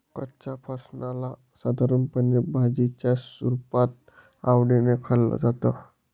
कच्च्या फणसाला साधारणपणे भाजीच्या रुपात आवडीने खाल्लं जातं